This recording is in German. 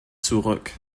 zurück